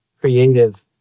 creative